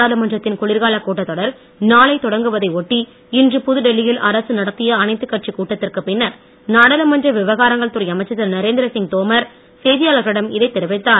நாடாளுமன்றத்தின் குளிர்காலக் கூட்டத் தொடர் நாளை தொடங்குவதை ஒட்டி இன்று புதுடெல்லியில் அரசு நடத்திய அனைத்துக் கட்சிக் கூட்டத்திற்கு பின்னர் நாடாளுமன்ற விவகாரங்கள் துறை அமைச்சர் திரு நரேந்திரசிங் தோமார் செய்தியாளர்களிடம் இதைத் தெரிவித்தார்